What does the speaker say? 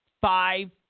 five